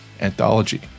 Anthology